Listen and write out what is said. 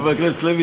חבר הכנסת לוי,